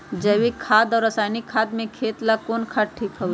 जैविक खाद और रासायनिक खाद में खेत ला कौन खाद ठीक होवैछे?